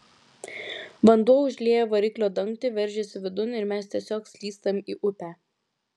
vanduo užlieja variklio dangtį veržiasi vidun ir mes tiesiog slystam į upę